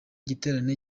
giterane